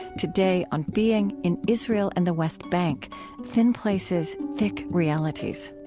today, on being in israel and the west bank thin places, thick realities.